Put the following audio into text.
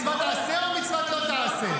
מצוות תעשה או מצוות לא תעשה?